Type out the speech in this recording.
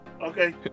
Okay